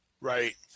right